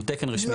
הוא תקן רשמי.